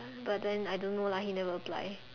but then I don't know lah he never apply